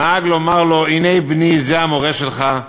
נהג לומר לו: הנה, בני, זה המורה שלך,